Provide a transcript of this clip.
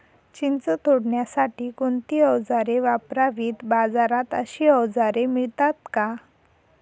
चिंच तोडण्यासाठी कोणती औजारे वापरावीत? बाजारात अशी औजारे मिळतात का?